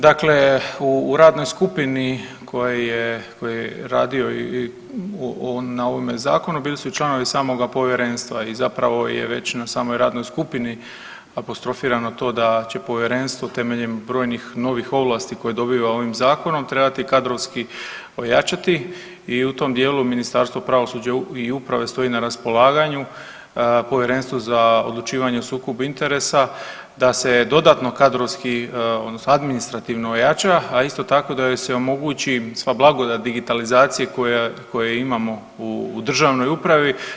Dakle, u radnoj skupini koja je, kojoj je radio i na ovome zakonu bili su i članovi samoga povjerenstva i zapravo je već na samoj radnoj skupini apostrofirano to da će povjerenstvo temeljem brojnih novih ovlasti koje dobiva ovim zakonom trebati kadrovski ojačati i u tom dijelu Ministarstvo pravosuđa i uprave stoji na raspolaganju Povjerenstvu za odlučivanje o sukobu interesa da se dodatno kadrovski odnosno administrativno ojača, a isto tako da joj se omogući sva blagodat digitalizacije koja, koje imamo u državnoj upravi.